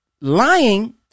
lying